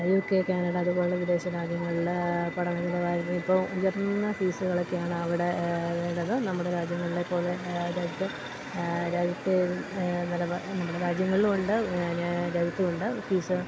U K Canada അത്പോലെ വിദേശ രാജ്യം നല്ല പഠനങ്ങളായി ഇപ്പോൾ ഉയർന്ന ഫീസുകൾ ഒക്കെയാണ് അവിടെ ഉള്ളത് നമ്മുടെ രാജ്യങ്ങളിലെ പോലെ രാജ്യത്ത് രാജ്യത്തേത് നമ്മുടെ രാജ്യങ്ങൾളുണ്ട് ഇങ്ങനെ ഗൾഫിലുണ്ട് ഫീസ്